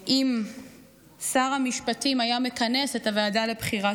אם שר המשפטים היה מכנס את הוועדה לבחירת